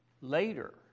later